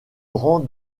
rang